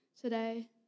today